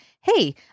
hey